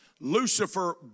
Lucifer